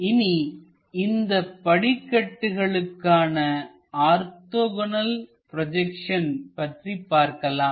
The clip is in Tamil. இனி இந்தப் படிக்கட்டுகளுக்கான ஆர்த்தோகோணல் ப்ரொஜெக்ஷன் பற்றி பார்க்கலாம்